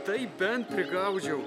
tai bent prigaudžiau